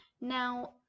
Now